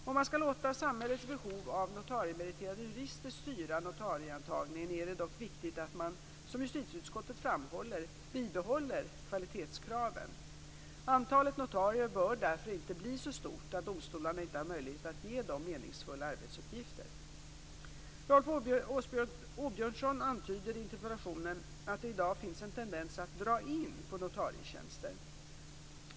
Om man skall låta samhällets behov av notariemeriterade jurister styra notarieantagningen är det dock viktigt att man, som justitieutskottet framhåller, bibehåller kvalitetskraven. Antalet notarier bör därför inte bli så stort att domstolarna inte har möjlighet att ge dem meningsfulla arbetsuppgifter. Rolf Åbjörnsson antyder i interpellationen att det i dag finns en tendens att dra in på notarietjänster.